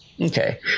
okay